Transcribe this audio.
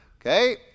Okay